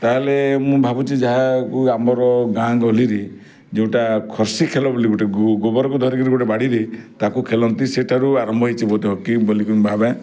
ତାହେଲେ ମୁଁ ଭାବୁଛି ଯାହାକୁ ଆମର ଗାଁ ଗହଳିରେ ଯେଉଁଟା ଖର୍ଶି ଖେଳ ବୋଲି ଗୁଟେ ଗୋବରକୁ ଧରିକିରି ଗୋଟେ ବାଡ଼ିରେ ତାକୁ ଖେଳନ୍ତି ସେଇଟାରୁ ଆରମ୍ଭ ହେଇଛି ବୋଧେ ହକି ବୋଲିକି ମୁଁ ଭାବେ